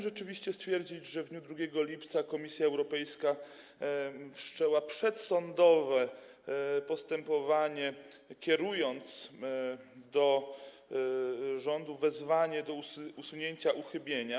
Rzeczywiście chciałem stwierdzić, że w dniu 2 lipca Komisja Europejska wszczęła przedsądowe postępowanie, kierując do rządu wezwanie do usunięcia uchybienia.